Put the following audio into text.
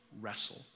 wrestle